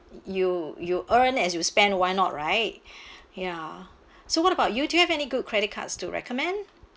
you you earn as you spend why not right ya so what about you do you have any good credit cards to recommend